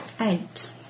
eight